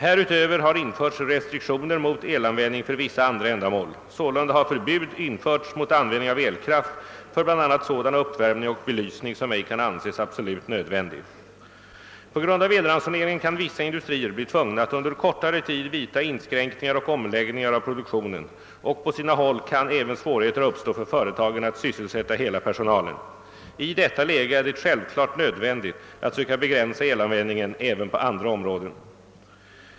Härutöver har införts restriktioner mot elanvändning för vissa andra ändamål. Sålunda har förbud införts mot användning av elkraft för bl.a. sådan uppvärmning och belysning som ej kan anses absolut nödvändig. På grund av elransoneringen kan vissa industrier bli tvungna att under kortare tid vidta inskränkningar och omläggningar av produktionen, och på sina håll kan även svårigheter uppstå för företagen att sysselsätta hela personalen. I detta läge är det självklart nödvändigt att söka begränsa elanvändningen även på andra områden.